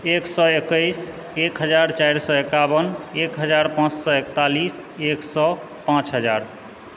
एक सए एकैस एक हजार चारि सए एकाओन एक हजार पांँच सए एकतालीस एक सए पाँच हजार